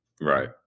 Right